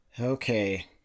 Okay